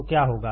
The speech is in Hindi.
तो क्या होगा